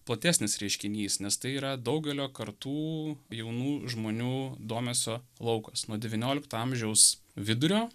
platesnis reiškinys nes tai yra daugelio kartų jaunų žmonių domesio laukas nuo devyniolikto amžiaus vidurio